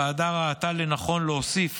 הוועדה ראתה לנכון להוסיף